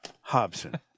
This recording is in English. Hobson